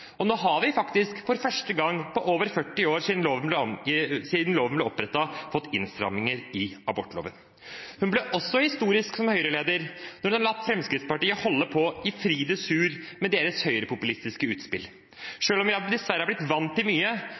Høyre. Nå har vi faktisk for første gang på over 40 år siden loven ble vedtatt, fått innstramninger i abortloven. Hun ble også historisk som Høyre-leder da hun lot Fremskrittspartiet holde på i fri dressur med sine høyrepopulistiske utspill. Selv om vi dessverre er blitt vant til mye,